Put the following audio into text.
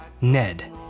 Ned